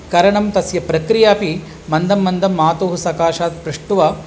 करणं तस्य प्रक्रिया अपि मन्दं मन्दं मातुः सकाशात् पृष्ट्वा